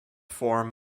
form